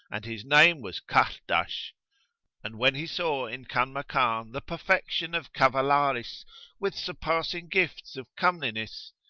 and his name was kahrdash and when he saw in kanmakan the perfection of cavalarice with surpassing gifts of comeliness,